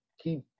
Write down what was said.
keep